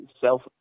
self